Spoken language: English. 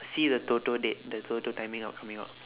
see the toto date the toto timing out coming out